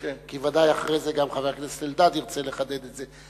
כי בוודאי אחרי זה גם חבר הכנסת אלדד ירצה לחדד את זה,